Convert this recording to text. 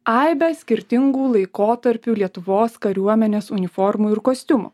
aibę skirtingų laikotarpių lietuvos kariuomenės uniformų ir kostiumų